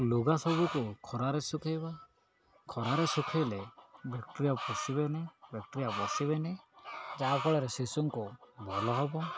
ଲୁଗା ସବୁକୁ ଖରାରେ ଶୁଖେଇବା ଖରାରେ ଶୁଖେଇଲେ ବ୍ୟାକ୍ଟେରିଆ ପଶିବେନି ବ୍ୟାକ୍ଟରିଆ ପଶିବେନି ଯାହାଫଳରେ ଶିଶୁଙ୍କୁ ଭଲ ହବ